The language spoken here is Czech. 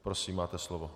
Prosím, máte slovo.